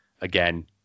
again